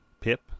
Pip